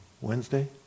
Wednesday